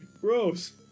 Gross